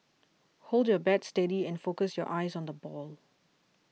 hold your bat steady and focus your eyes on the ball